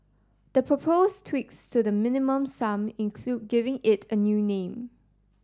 the proposed tweaks to the Minimum Sum include giving it a new name